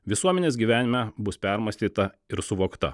visuomenės gyvenime bus permąstyta ir suvokta